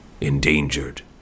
endangered